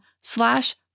slash